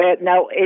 Now